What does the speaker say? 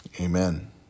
Amen